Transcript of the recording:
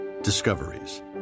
Discoveries